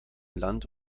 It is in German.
land